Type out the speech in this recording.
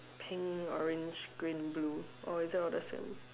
pink orange green blue or is it all the same